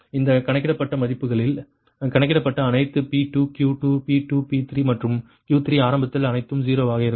எனவே இந்த கணக்கிடப்பட்ட மதிப்புகளில் கணக்கிடப்பட்ட அனைத்து P2 Q2 P2 P3 மற்றும் Q3 ஆரம்பத்தில் அனைத்தும் 0 ஆக இருக்கும்